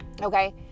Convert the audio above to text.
Okay